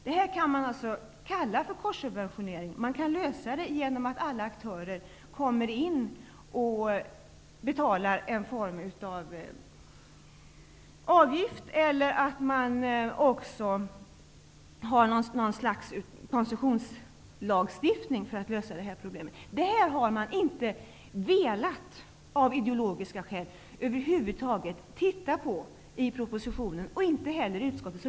Detta kan kallas för korssubventionering. Man kan lösa det här genom att alla aktörer kommer med och betalar en avgift, eller också får man genom ett slags koncessionslagstiftning lösa problemet. Detta har man av ideologiska skäl över huvud taget inte velat titta på vare sig i propositionen eller i utskottet.